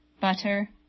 butter